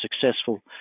successful